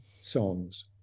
songs